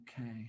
Okay